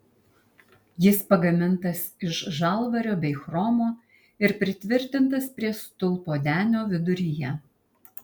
jis pagamintas iš žalvario bei chromo ir pritvirtintas prie stulpo denio viduryje